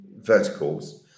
verticals